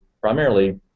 primarily